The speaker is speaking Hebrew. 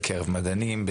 בקרב מדענים,